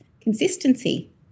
consistency